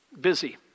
Busy